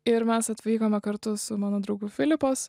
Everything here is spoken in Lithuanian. ir mes atvykome kartu su mano draugu filipos